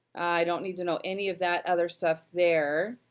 i don't need to know any of that other stuff there.